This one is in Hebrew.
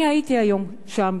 אני הייתי היום שם.